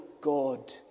God